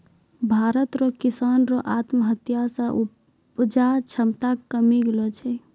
भारत रो किसानो रो आत्महत्या से उपजा क्षमता कमी गेलो छै